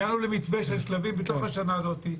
הגענו למתווה של שלבים בתוך השנה הזאת.